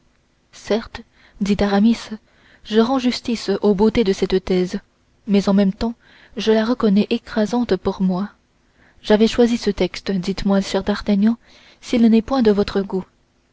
certes dit aramis je rends justice aux beautés de cette thèse mais en même temps je la reconnais écrasante pour moi j'avais choisi ce texte dites-moi cher d'artagnan s'il n'est point de votre goût